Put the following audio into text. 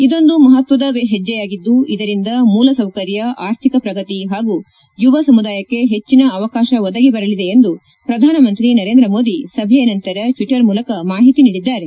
ಇದೊಂದು ಮಹತ್ವದ ಹೆಜ್ಜೆಯಾಗಿದ್ದು ಇದರಿಂದ ಮೂಲ ಸೌಕರ್ಯ ಆರ್ಥಿಕ ಪ್ರಗತಿ ಹಾಗೂ ಯುವ ಸಮುದಾಯಕ್ಕೆ ಹೆಚ್ಚಿನ ಅವಕಾಶ ಒದಗಿಬರಲಿದೆ ಎಂದು ಪ್ರಧಾನಮಂತ್ರಿ ನರೇಂದ್ರ ಮೋದಿ ಸಭೆ ನಂತರ ಟ್ವಿಟರ್ ಮೂಲಕ ಮಾಹಿತಿ ನೀಡಿದ್ದಾರೆ